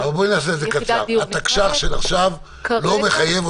--- בואי נעשה את זה קצר: התקש"ח של עכשיו לא מחייבת